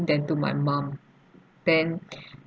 then to my mum then